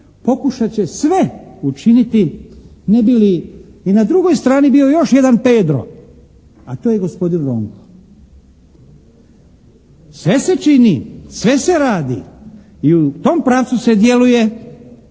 pokušat će sve učiniti ne bi li i na drugoj strani bio još jedan «Pedro» a to je gospodin Ronko. Sve se čini, sve se radi i u tom pravcu se djeluje